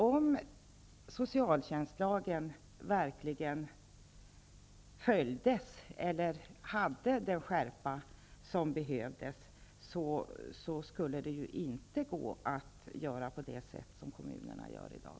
Om socialtjänstlagen verkligen hade den skärpa som behövdes, skulle det inte gå att göra på det sätt som kommunerna gör i dag.